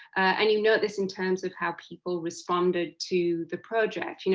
and you note this in terms of how people responded to the project, you know